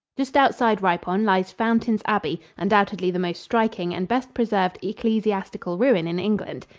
just outside ripon lies fountains abbey, undoubtedly the most striking and best preserved ecclesiastical ruin in england.